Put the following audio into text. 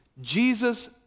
Jesus